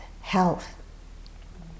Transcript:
health